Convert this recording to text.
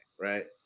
right